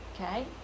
okay